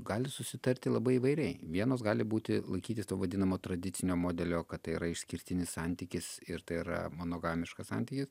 gali susitarti labai įvairiai vienos gali būti laikytis to vadinamo tradicinio modelio kad tai yra išskirtinis santykis ir tai yra monogamiškas santykis